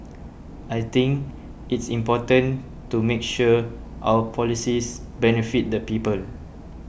I think it's important to make sure our policies benefit the people